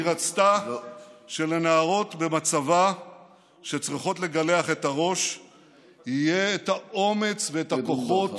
היא רצתה שלנערות במצבה שצריכות לגלח את הראש יהיה האומץ והכוחות